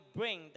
bring